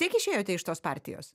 tiek išėjote iš tos partijos